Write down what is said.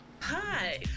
Hi